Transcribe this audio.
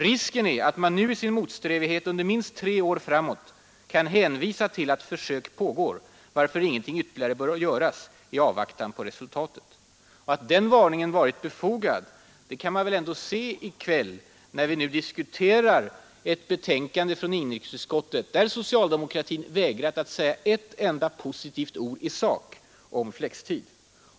Risken är att man nu i sin motsträvighet under minst tre år framåt kan hänvisa till att ”försök pågår, varför ingenting ytterligare bör åtgöras i avvaktan på resultatet”.” Att den varningen är befogad, kan man se i kväll när vi nu diskuterar ett betänkande från inrikesutskottet, där socialdemokratin vägrat att säga ett enda positivt ord i sak om flextid.